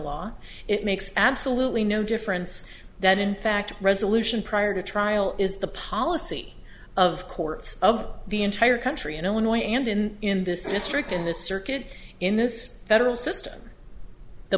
law it makes absolutely no difference that in fact resolution prior to trial is the policy of courts of the entire country in illinois and in in this district in the circuit in this federal system the